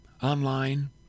online